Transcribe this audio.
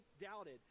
doubted